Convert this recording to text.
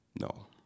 No